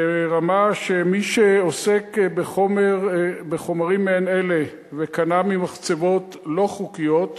ברמה שמי שעוסק בחומרים מעין אלה וקנה ממחצבות לא חוקיות,